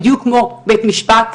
בדיוק כמו בית משפט,